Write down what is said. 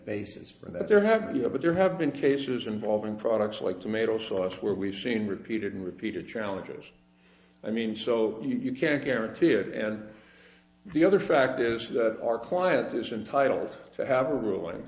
basis for that there have been you know but there have been cases involving products like tomato sauce where we've seen repeated and repeated challenges i mean so you can't guarantee it and the other fact is that our client is entitled to have a ruling